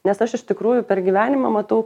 nes aš iš tikrųjų per gyvenimą matau